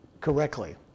correctly